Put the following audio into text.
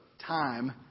time